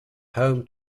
home